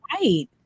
right